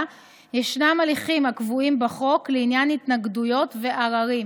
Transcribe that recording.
ישנם הליכים הקבועים בחוק לעניין התנגדויות ועררים,